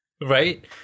Right